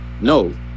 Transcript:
No